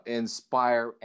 inspire